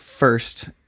First